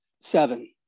Seven